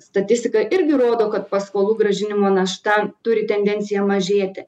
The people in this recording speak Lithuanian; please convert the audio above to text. statistika irgi rodo kad paskolų grąžinimo našta turi tendenciją mažėti